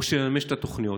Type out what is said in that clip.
או שנממש את התוכניות?